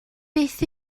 beth